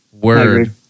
Word